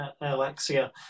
Alexia